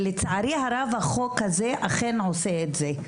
לצערי הרב החוק הזה אכן עושה את זה.